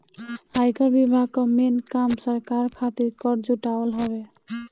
आयकर विभाग कअ मेन काम सरकार खातिर कर जुटावल हवे